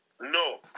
No